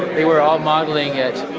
they were all modelling it,